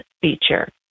feature